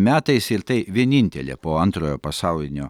metais ir tai vienintelė po antrojo pasaulinio